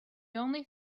only